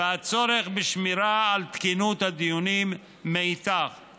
גיסא והצורך בשמירה על תקינות הדיונים מאידך גיסא.